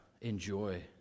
enjoy